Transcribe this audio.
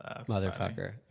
motherfucker